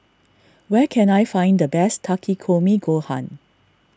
where can I find the best Takikomi Gohan